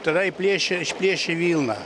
tada įplėšia išplėšia vilną